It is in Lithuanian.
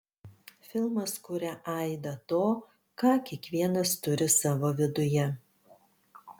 filmas kuria aidą to ką kiekvienas turi savo viduje